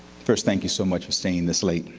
first, thank you so much for staying this late.